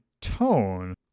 tone